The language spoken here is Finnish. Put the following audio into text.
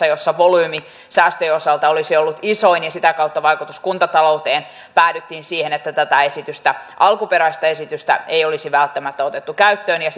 joissa volyymi säästöjen osalta ja sitä kautta vaikutus kuntatalouteen olisi ollut iso ja päädyttiin siihen että tätä alkuperäistä esitystä ei olisi välttämättä otettu käyttöön ja